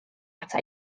ata